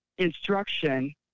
instruction